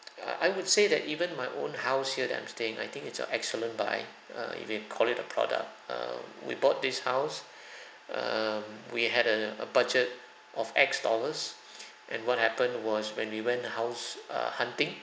uh I would say that even my own house here that I'm staying I think it's a excellent buy err if you call it a product err we bought this house um we had a a budget of X dollars and what happened was when we went house err hunting